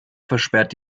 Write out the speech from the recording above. versperrt